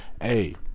Hey